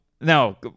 no